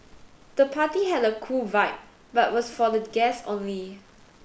the party had a cool vibe but was for the guests only